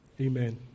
Amen